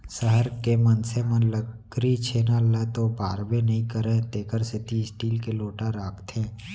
सहर के मनसे मन लकरी छेना ल तो बारबे नइ करयँ तेकर सेती स्टील के लोटा राखथें